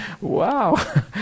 wow